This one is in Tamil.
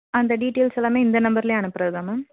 அந்த டீட்டெயில்ஸ் எல்லாமே இந்த நம்பரிலேயே அனுப்புகிறதா மேம்